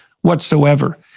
whatsoever